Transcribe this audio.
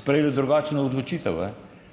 sprejeli drugačno odločitev,